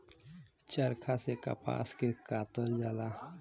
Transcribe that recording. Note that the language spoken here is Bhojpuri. चरखा से कपास के कातल जाला